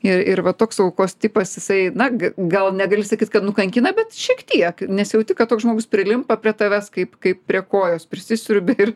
ir ir va toks aukos tipas jisai na gal negali sakyt kad nukankina bet šiek tiek nesijauti kad toks žmogus prilimpa prie tavęs kaip kaip prie kojos prisisiurbė ir